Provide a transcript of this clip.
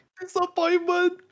Disappointment